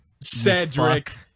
Cedric